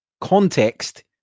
Context